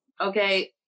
Okay